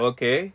Okay